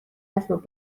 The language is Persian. اسباب